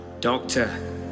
Doctor